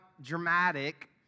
dramatic